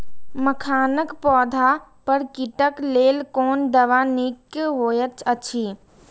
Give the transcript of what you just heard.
मखानक पौधा पर कीटक लेल कोन दवा निक होयत अछि?